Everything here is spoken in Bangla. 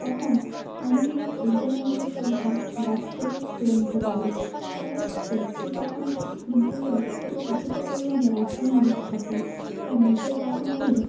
তখন আমি আমার প্রয়োজনমতো সবজি গাছ থেকেই তুলে নিতে পারি কারণ সবজি দোকান থেকে কিনতে গেলে তাতে কিছুটা পরিমাণে রাসায়নিক বিষ থাকেই আর নিজের বাগান হলে